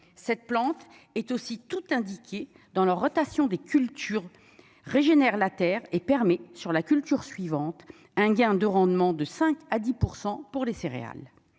cette plante est aussi tout indiquée dans leur rotation des cultures régénèrent la terre et permet sur la culture suivante un gain de rendement de 5 à 10 % pour les céréales,